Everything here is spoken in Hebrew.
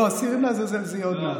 לא, שעירים לעזאזל זה יהיה עוד מעט.